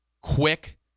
Quick